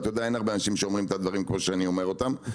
ואין הרבה אנשים שאומרים את הדברים כמו שאני אומר אותם,